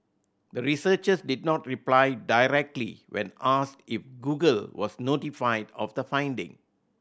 the researchers did not reply directly when asked if Google was notified of the finding